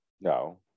No